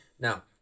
Now